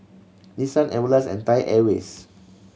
Nissan Everlast and Thai Airways